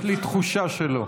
יש לי תחושה שלא.